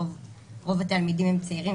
רוב התלמידים הם צעירים,